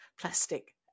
plastic